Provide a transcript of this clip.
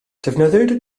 defnyddiwyd